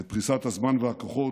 את פריסת הזמן והכוחות,